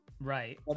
Right